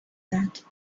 that